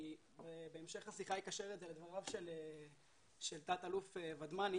אני בהמשך השיחה אקשר את זה לדבריו של תת-אלוף ודמני